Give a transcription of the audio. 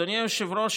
אדוני היושב-ראש,